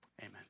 Amen